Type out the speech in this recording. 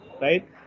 right